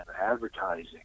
advertising